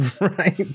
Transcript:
Right